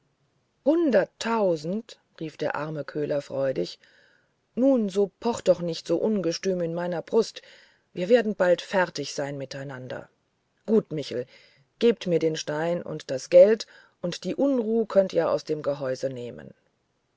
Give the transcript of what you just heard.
hunderttausend rief der arme köhler freudig nun so poche doch nicht so ungestüm in meiner brust wir werden bald fertig sein miteinander gut michel gebt mir den stein und das geld und die unruh könnet ihr aus dem gehäuse nehmen